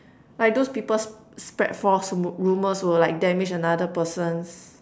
like those people sp~ spread false r~ rumors will like damage another persons